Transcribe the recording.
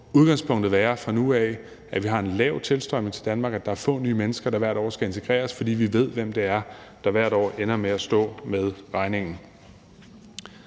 må udgangspunktet være fra nu af, at vi har en lav tilstrømning til Danmark, og at der er få nye mennesker, der hvert år skal integreres, fordi vi ved, hvem det er, der hvert år ender med at stå med regningen.